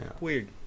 Weird